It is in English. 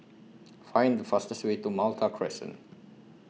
Find The fastest Way to Malta Crescent